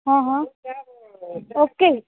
હં હં ઓકે